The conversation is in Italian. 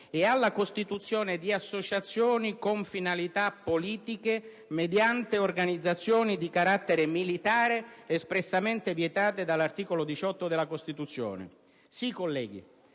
e alla costituzione di associazioni con finalità politiche, mediante organizzazioni di carattere militare, espressamente vietate dall'articolo 18 della Costituzione. Sì, colleghi,